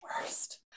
worst